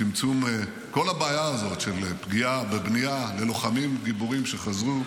צמצום כל הבעיה הזאת של פגיעה בבנייה ללוחמים גיבורים שחזרו.